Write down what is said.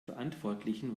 verantwortlichen